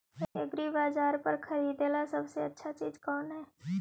एग्रीबाजार पर खरीदने ला सबसे अच्छा चीज का हई?